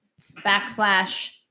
Backslash